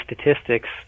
statistics